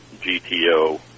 GTO